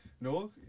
No